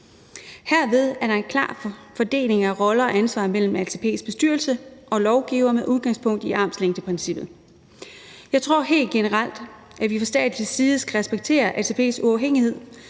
Herved er der en klar fordeling af roller og ansvar mellem ATP's bestyrelse og lovgivere med udgangspunkt i armslængdeprincippet. Jeg tror helt generelt, at vi fra statslig side skal respektere ATP's uafhængighed,